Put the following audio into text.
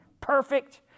perfect